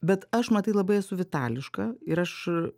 bet aš matai labai esu vitališka ir aš